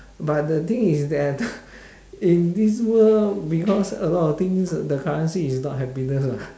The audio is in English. but the thing is that in this world because a lot of things the currency is not happiness [what]